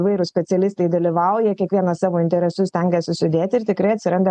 įvairūs specialistai dalyvauja kiekvienas savo interesus stengiasi sudėti ir tikrai atsiranda